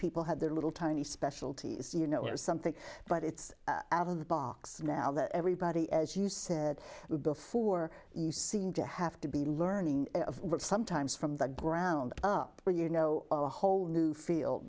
people had their little tiny specialties you know or something but it's out of the box now that everybody as you said before you seem to have to be learning sometimes from the ground up or you know a whole new field